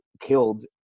killed